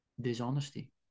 dishonesty